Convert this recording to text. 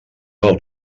del